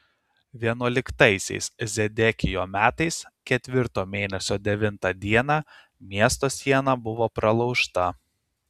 vienuoliktaisiais zedekijo metais ketvirto mėnesio devintą dieną miesto siena buvo pralaužta